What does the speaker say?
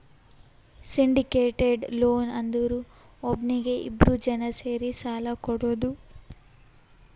syndicated loan ಅಂದುರ್ ಒಬ್ನೀಗಿ ಇಬ್ರು ಜನಾ ಸೇರಿ ಸಾಲಾ ಕೊಡೋದು